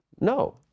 No